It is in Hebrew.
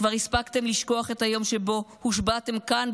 כבר הספקתם לשכוח את היום שבו הושבעתם כאן,